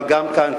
אבל גם כאן,